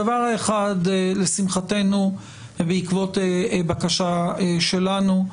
הדבר האחד, לשמחתנו ובעקבות בקשה שלנו,